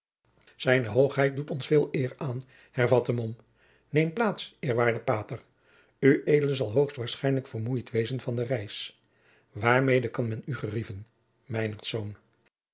zijne hoogheid doet ons veel eer aan hervatte mom neem plaats eerwaarde pater ued zal hoogstwaarschijnlijk vermoeid wezen van de reis waarmede kan men u gerieven